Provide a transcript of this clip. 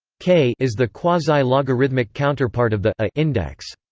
k is the quasi-logarithmic counterpart of the a index.